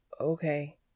Okay